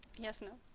yes no